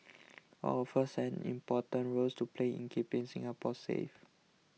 all of us an important roles to play in keeping Singapore safe